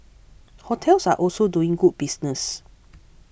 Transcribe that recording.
hotels are also doing good business